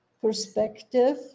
perspective